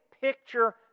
picture